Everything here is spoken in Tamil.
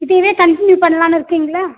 இதுவே கன்ட்னியூ பண்ணலான்னு இருக்கீங்களா